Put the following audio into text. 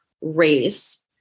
race